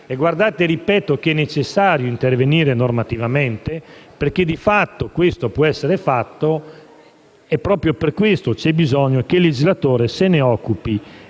disciplina. Ripeto che è necessario intervenire normativamente, perché, di fatto, ciò può essere fatto. Proprio per questo c'è bisogno che il legislatore se ne occupi